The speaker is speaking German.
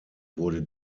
wurde